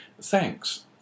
Thanks